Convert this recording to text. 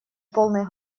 полной